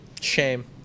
Shame